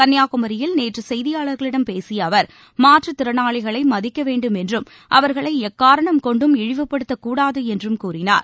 கன்னியாகுமரியில் நேற்று செய்தியாளர்களிடம் பேசிய அவர் மாற்றுத் திறனாளிகளை மதிக்க வேண்டும் என்றும் அவர்களை எக்காரணம் கொண்டும் இழிவுபடுத்தக்கூடாது என்றும் கூறினார்